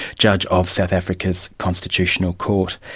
judge of south africa's constitutional court.